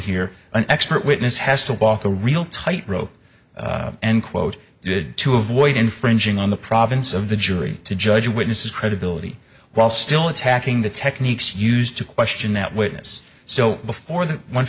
here an expert witness has to walk a real tight rope end quote to avoid infringing on the province of the jury to judge witnesses credibility while still attacking the techniques used to question that witness so before the one